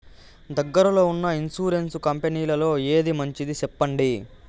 దగ్గర లో ఉన్న ఇన్సూరెన్సు కంపెనీలలో ఏది మంచిది? సెప్పండి?